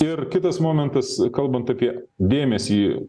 ir kitas momentas kalbant apie dėmesį